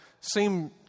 seem